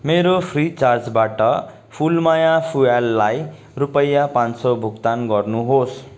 मेरो फ्रिचार्जबाट फुलमाया फुँयाललाई रुपैयाँ पाँच सौ भुक्तान गर्नुहोस्